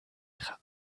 ihre